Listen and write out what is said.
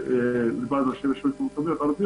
בוועד יושבי הרשויות המקומיות הערביות